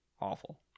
Awful